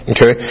Okay